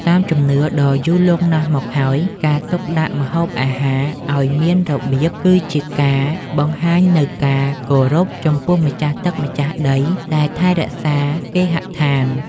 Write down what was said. តាមជំនឿដ៏យូរលង់ណាស់មកហើយការទុកដាក់ម្ហូបអាហារឱ្យមានរបៀប គឺជាការបង្ហាញនូវការគោរពចំពោះម្ចាស់ទឹកម្ចាស់ដីដែលថែរក្សាគេហដ្ឋាន។